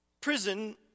Prison